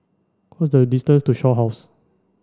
what the distance to Shaw House